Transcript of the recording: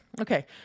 okay